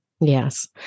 Yes